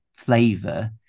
flavor